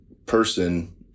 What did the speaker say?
person